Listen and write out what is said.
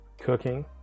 cooking